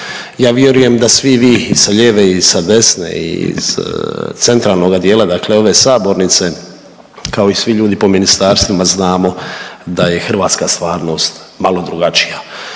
Ja vjerujem da svi vi i sa lijeve i sa desne i iz cetralnoga dijela dakle ove sabornice, kao i svi ljudi po ministarstvima znamo da je hrvatska stvarnost malo drugačija.